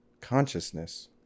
consciousness